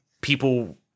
people